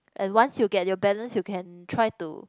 and once you get your balance you can try to